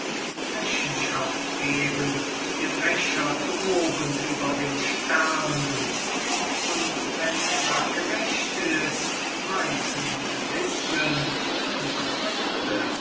rechenschaft geben dem rächer droben über den sternen und wenn er gerecht ist waisen und witwen unterdrückte